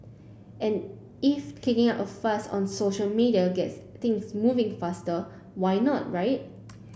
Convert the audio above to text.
and if kicking up a fuss on social media gets things moving faster why not right